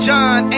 John